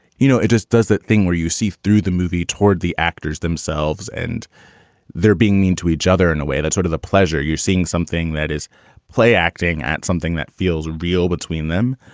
you know, it just does that thing where you see through the movie toward the actors themselves and they're being mean to each other in a way that's sort of the pleasure you're seeing, something that is play acting at something that feels real between them.